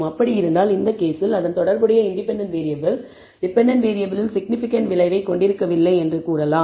அப்படி இருந்தால் இந்த கேஸில் அதன் தொடர்புடைய இண்டிபெண்டன்ட் வேறியபிள் டிபெண்டன்ட் வேறியபிளில் சிக்னிபிகன்ட் விளைவைக் கொண்டிருக்கவில்லை என்று நாம் கூறலாம்